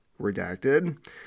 redacted